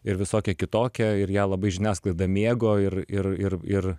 ir visokia kitokia ir ją labai žiniasklaida mėgo ir ir ir ir